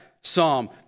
psalm